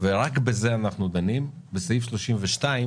ורק בזה אנחנו דנים, בסעיף 32,